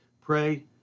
Pray